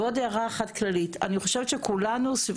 עוד הערה אחת כללית: אני חושבת שכולנו סביב